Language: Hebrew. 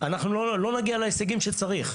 אנחנו לא נגיע להישגים שצריך.